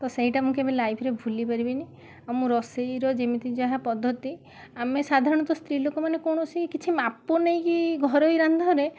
ତ ସେଇଟା ମୁଁ କେବେ ଲାଇଫ୍ରେ ଭୁଲି ପାରିବିନି ଆଉ ମୁଁ ରୋଷେଇର ଯେମିତି ଯାହା ପଦ୍ଧତି ଆମେ ସାଧାରଣତଃ ସ୍ତ୍ରୀ ଲୋକମାନେ କୌଣସି କିଛି ମାପ ନେଇକି ଘରୋଇ ରନ୍ଧାରେ